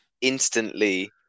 instantly